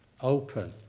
open